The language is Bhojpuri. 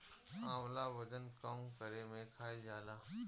आंवला वजन कम करे में खाईल जाला